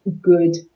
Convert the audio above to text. good